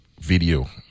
video